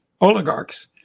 oligarchs